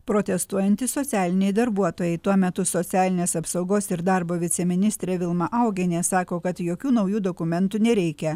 protestuojantys socialiniai darbuotojai tuo metu socialinės apsaugos ir darbo viceministrė vilma augienė sako kad jokių naujų dokumentų nereikia